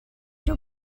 your